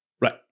Right